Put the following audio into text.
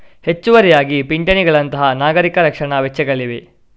ಹೆಚ್ಚುವರಿಯಾಗಿ ಪಿಂಚಣಿಗಳಂತಹ ನಾಗರಿಕ ರಕ್ಷಣಾ ವೆಚ್ಚಗಳಿವೆ